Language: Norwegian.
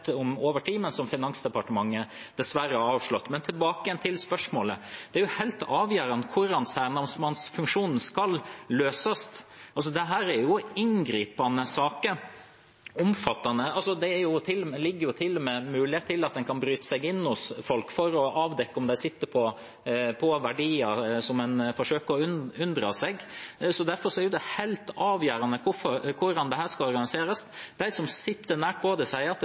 om over tid, men som Finansdepartementet dessverre har avslått. Tilbake til spørsmålet: Det er jo helt avgjørende hvordan særnamsmannfunksjonen skal løses, for dette er inngripende, omfattende saker. Det ligger til og med muligheter for at en kan bryte seg inn hos folk for å avdekke om de sitter på verdier som de forsøker å unndra. Derfor er det helt avgjørende hvordan dette skal organiseres. De som sitter nært på det, sier at